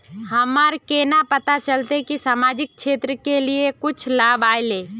हमरा केना पता चलते की सामाजिक क्षेत्र के लिए कुछ लाभ आयले?